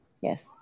Yes